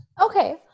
Okay